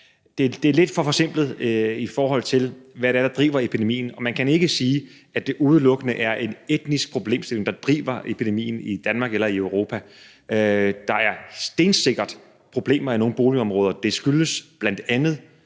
det er lidt for forsimplet, i forhold til hvad det er, der driver epidemien. Man kan ikke sige, at det udelukkende er en etnisk problemstilling, der driver epidemien i Danmark eller i Europa. Der er stensikkert problemer i nogle boligområder. Det skyldes bl.a.